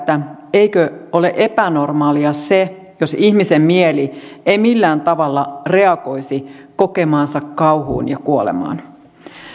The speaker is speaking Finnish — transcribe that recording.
eikö ole epänormaalia se jos ihmisen mieli ei millään tavalla reagoisi kokemaansa kauhuun ja kuolemaan